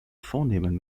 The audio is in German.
vornehmen